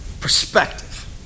perspective